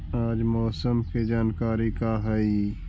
आज मौसम के जानकारी का हई?